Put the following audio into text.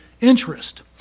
interest